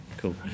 cool